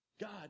God